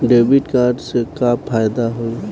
Debit card से का फायदा होई?